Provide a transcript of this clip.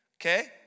Okay